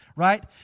right